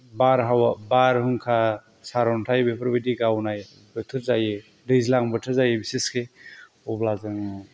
बारहावा बारहुंखा सार'न्थाय बेफोरबायदि गावनाय बोथोर जायो दैज्लां बोथोर जायो बिसोरसो अब्ला जों